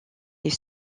est